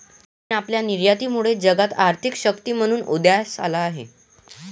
चीन आपल्या निर्यातीमुळे जगात आर्थिक शक्ती म्हणून उदयास आला आहे